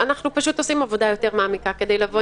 אנחנו פשוט עושים עבודה יותר מעמיקה כדי לבוא